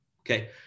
okay